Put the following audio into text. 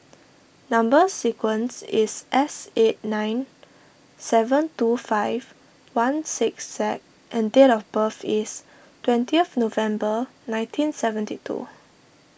Number Sequence is S eight nine seven two five one six Z and date of birth is twenty November nineteen seventy two